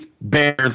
Bears